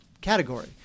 category